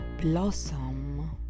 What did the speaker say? blossom